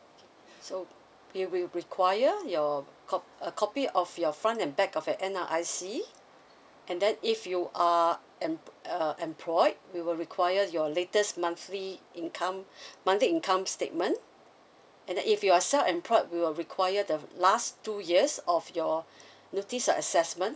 okay so we will require your cop~ a copy of your front and back of your N_R_I_C and then if you are emp~ uh employed we will require your latest monthly income monthly income statement and then if you are self employed will require the last two years of your notice of assessment